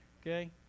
okay